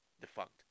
defunct